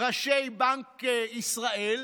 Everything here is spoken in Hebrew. ראשי בנק ישראל,